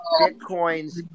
Bitcoins